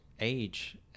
age